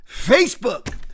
Facebook